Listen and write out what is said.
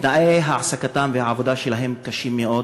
תנאי העסקתן ועבודתן קשים מאוד.